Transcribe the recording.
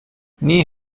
nie